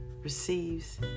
receives